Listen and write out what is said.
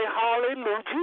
Hallelujah